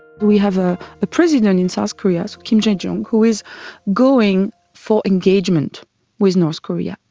we have a president and in south korea, kim dae-jung, who is going for engagement with north korea.